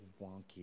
wonky